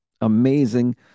Amazing